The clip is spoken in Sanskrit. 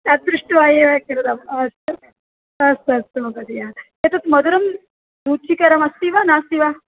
तद् दृष्ट्वा एव कृतम् अस्तु अस्तु अस्तु महोदय एतत् मधुरं रुचिकरमस्ति वा नास्ति वा